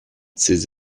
ces